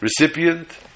recipient